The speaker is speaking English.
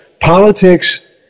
Politics